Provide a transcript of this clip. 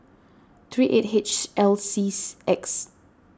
three eight H L C X